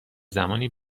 زمانی